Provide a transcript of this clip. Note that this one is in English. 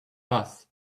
bus